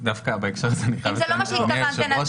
אדוני היושב ראש,